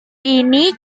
ini